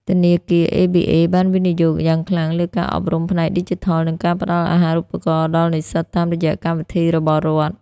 ធនាគារ ABA បានវិនិយោគយ៉ាងខ្លាំងលើការអប់រំផ្នែកឌីជីថល និងការផ្ដល់អាហារូបករណ៍ដល់និស្សិតតាមរយៈកម្មវិធីរបស់រដ្ឋ។